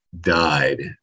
died